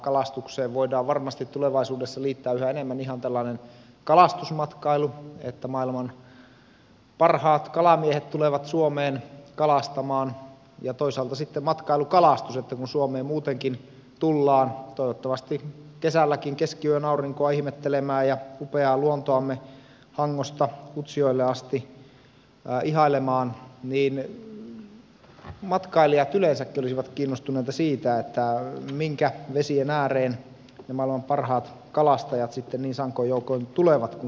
kalastukseen voidaan varmasti tulevaisuudessa liittää yhä enemmän ihan tällainen kalastusmatkailu että maailman parhaat kalamiehet tulevat suomeen kalastamaan ja toisaalta sitten matkailukalastus että kun suomeen muutenkin tullaan toivottavasti kesälläkin keskiyön aurinkoa ihmettelemään ja upeaa luontoamme hangosta utsjoelle asti ihailemaan niin matkailijat yleensäkin olisivat kiinnostuneita siitä minkä vesien ääreen ne maailman parhaat kalastajat niin sankoin joukoin tulevat kun suomeen tulevat